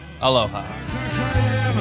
aloha